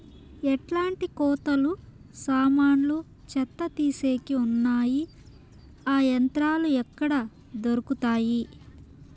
ఎట్లాంటి కోతలు సామాన్లు చెత్త తీసేకి వున్నాయి? ఆ యంత్రాలు ఎక్కడ దొరుకుతాయి?